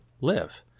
live